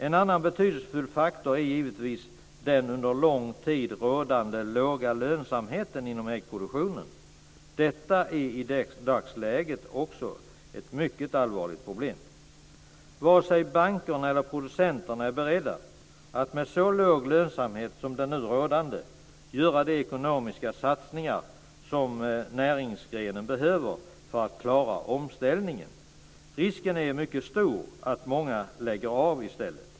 En annan betydelsefull faktor är givetvis den under lång tid rådande låga lönsamheten inom äggproduktionen. Detta är i dagsläget också ett mycket allvarligt problem. Varken bankerna eller producenterna är beredda att med så låg lönsamhet som den nu rådande göra de ekonomiska satsningar som näringsgrenen behöver för att klara omställningen. Risken är mycket stor att många lägger av i stället.